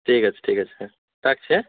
ঠিক আছে ঠিক আছে হ্যাঁ রাখছি হ্যাঁ